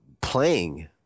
playing